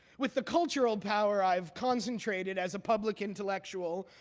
with the cultural power i have concentrated as a public intellectual,